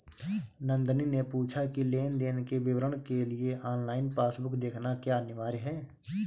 नंदनी ने पूछा की लेन देन के विवरण के लिए ऑनलाइन पासबुक देखना क्या अनिवार्य है?